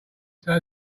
still